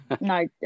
No